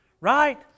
Right